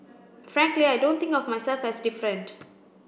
frankly I don't think of myself as different